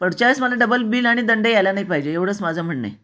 पुढच्या वेळीस मला डबल बिल आणि दंड यायला नाही पाहिजे एवढं माझं म्हणणं आहे